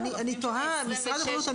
משרד הבריאות,